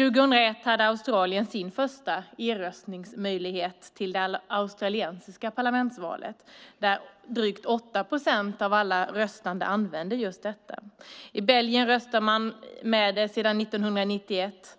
År 2001 hade Australien sin första e-röstningsmöjlighet till det australiska parlamentsvalet, och drygt 8 procent av alla röstande använde sig av denna. I Belgien röstar man elektroniskt sedan 1991.